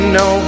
no